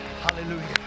hallelujah